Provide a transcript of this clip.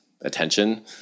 attention